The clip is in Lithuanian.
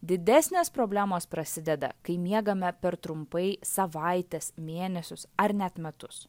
didesnės problemos prasideda kai miegame per trumpai savaites mėnesius ar net metus